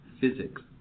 physics